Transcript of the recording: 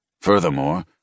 Furthermore